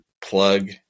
plug